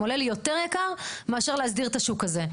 עולה לי יותר יקר מאשר להסדיר את השוק הזה'.